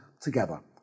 together